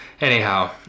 anyhow